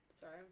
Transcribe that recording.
sorry